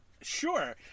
Sure